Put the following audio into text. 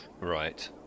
right